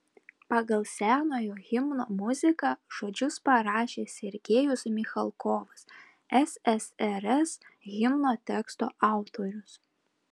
pagal senojo himno muziką žodžius parašė sergejus michalkovas ssrs himno teksto autorius